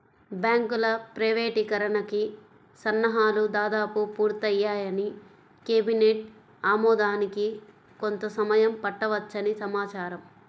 బ్యాంకుల ప్రైవేటీకరణకి సన్నాహాలు దాదాపు పూర్తయ్యాయని, కేబినెట్ ఆమోదానికి కొంత సమయం పట్టవచ్చని సమాచారం